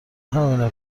همینه